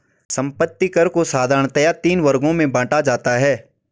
संपत्ति कर को साधारणतया तीन वर्गों में बांटा जाता है